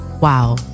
wow